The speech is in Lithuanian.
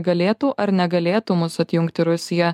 galėtų ar negalėtų mus atjungti rusija